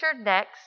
next